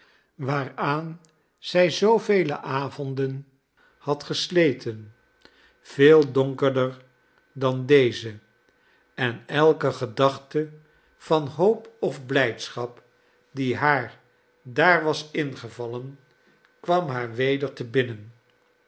waaraan zij zoovele avonden had gesleten veel donkerder dan deze en elke gedachte van hoop of blijdschap die haar daar was ingevallen kwam haar weder te binnen